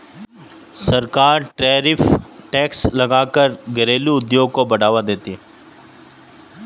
सरकार tariff tax लगा कर घरेलु उद्योग को बढ़ावा देती है